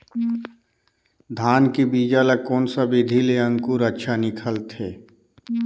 धान के बीजा ला कोन सा विधि ले अंकुर अच्छा निकलथे?